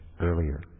earlier